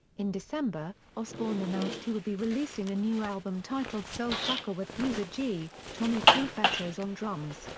in december, osbourne announced he would be releasing a new album titled soul sucka with gus g, tommy clufetos on drums,